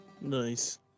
Nice